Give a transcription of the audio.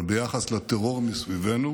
ביחס לטרור מסביבנו